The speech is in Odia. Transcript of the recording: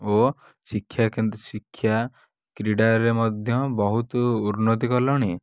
ଓ ଶିକ୍ଷା କେନ୍ଦ୍ର ଶିକ୍ଷା କ୍ରୀଡ଼ାରେ ମଧ୍ୟ ବହୁତ ଉନ୍ନତି କଲାଣି